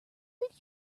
did